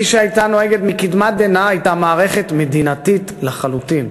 שהייתה נוהגת מקדמת דנא הייתה מערכת מדינתית לחלוטין,